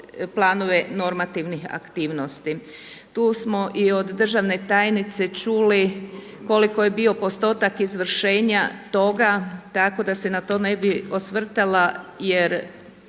planove normativnih aktivnosti. Tu smo i od državne tajnice čuli koliko je bio postotak izvršenja toga tako da se na to ne bi osvrtala jer